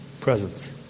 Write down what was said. presence